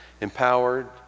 empowered